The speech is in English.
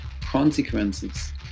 consequences